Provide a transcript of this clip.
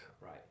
Right